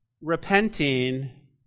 repenting